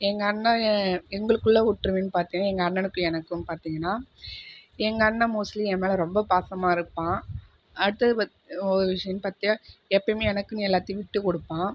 எங்கள் அண்ணன் எங்களுக்குள்ளே ஒற்றுமைன்னு பார்த்திங்கனா எங்கள் அண்ணனுக்கும் எனக்கும் பார்த்திங்கன்னா எங்கள் அண்ணன் மோஸ்ட்லி என் மேலே ரொம்ப பாசமாக இருப்பான் அடுத்தது பாத் ஒரு விஷயம் பார்த்தியா எப்பயுமே எனக்குன்னு எல்லாத்தையும் விட்டு கொடுப்பான்